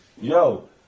yo